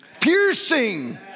piercing